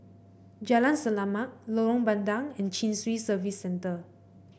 Jalan Selamat Lorong Bandang and Chin Swee Service Centre